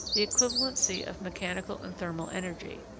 the equivalency of mechanical and thermal energy.